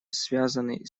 связанный